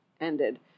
ended